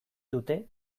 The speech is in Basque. dute